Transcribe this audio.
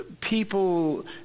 people